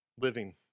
living